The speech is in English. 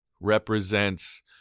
represents